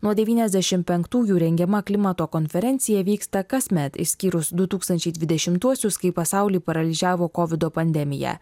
nuo devyniasdešim penktųjų rengiama klimato konferencija vyksta kasmet išskyrus du tūkstančiai dvidešimtuosius kai pasaulį paralyžiavo kovido pandemija